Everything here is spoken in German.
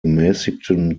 gemäßigten